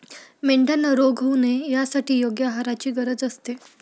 मेंढ्यांना रोग होऊ नये यासाठी योग्य आहाराची गरज असते